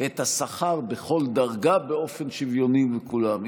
את השכר בכל דרגה באופן שוויוני לכולם.